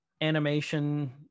animation